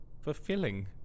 fulfilling